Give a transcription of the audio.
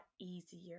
easier